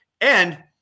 And-